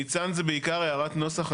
ניצן, זה בעיקר הערת נוסח.